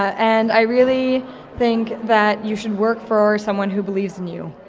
and i really think that you should work for someone who believes in you.